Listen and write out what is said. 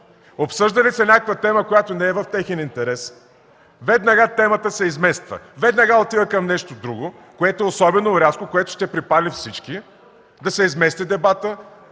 Обсъжда ли се някаква тема, която не е в техен интерес, веднага темата се измества, отива към нещо друго, което е особено рязко, което ще припали всички, за да се измести дебатът,